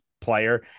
player